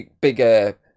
bigger